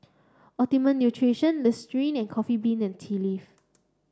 Optimum Nutrition Listerine and Coffee Bean and Tea Leaf